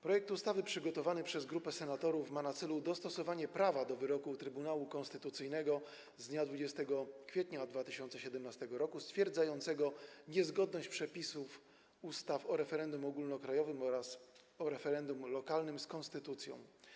Projekt ustawy przygotowany przez grupę senatorów ma na celu dostosowanie prawa do wyroku Trybunału Konstytucyjnego z dnia 20 kwietnia 2017 r., stwierdzającego niezgodność przepisów ustawy o referendum ogólnokrajowym oraz ustawy o referendum lokalnym z konstytucją.